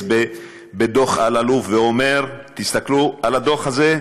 בדוח אלאלוף ואומר: תסתכלו על הדוח הזה,